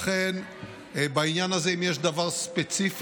לכן, בעניין הזה, אם יש דבר ספציפי,